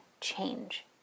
change